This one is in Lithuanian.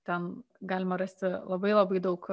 ten galima rasti labai labai daug